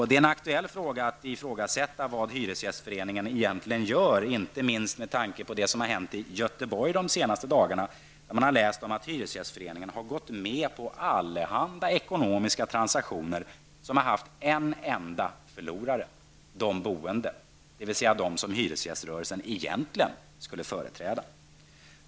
Det är aktuellt att ifrågasätta vad hyresgästföreningen egentligen gör, inte minst med tanke på det som har hänt i Göteborg de senaste dagarna. Vi har ju kunnat läsa om att hyresgästföreningen har gått med på allehanda ekonomiska transaktioner som har haft en enda förlorare, de boende, dvs. de människor som hyresgäströrelsen egentligen skulle företräda.